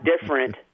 different